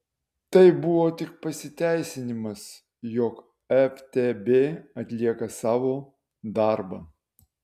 tai buvo tik pasiteisinimas jog ftb atlieka savo darbą